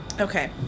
okay